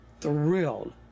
thrilled